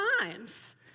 times